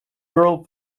girl